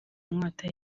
inkota